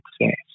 success